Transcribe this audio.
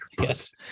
Yes